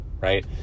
right